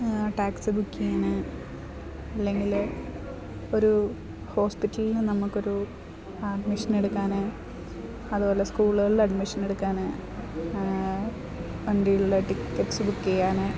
taxi book ചെയ്യാൻ അല്ലെങ്കിൽ ഒരു ഹോസ്പിറ്റലിൽ നിന്ന് നമുക്കൊരു അഡ്മിഷനെടുക്കാന് അതുപോലെ സ്കൂളുകളിൽ അഡ്മിഷനെടുക്കാൻ വണ്ടികളിലേ ടിക്കറ്റ്സ് ബുക്ക് ചെയ്യാൻ